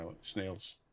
snails